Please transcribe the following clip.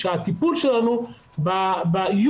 שהטיפול שלנו באיום,